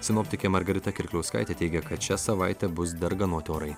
sinoptikė margarita kirkliauskaitė teigė kad šią savaitę bus darganoti orai